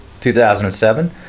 2007